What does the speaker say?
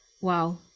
wow